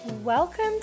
Welcome